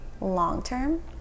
long-term